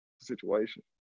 situation